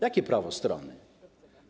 Jakie prawo strony?